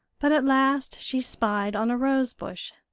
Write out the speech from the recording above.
but at last she spied on a rose-bush,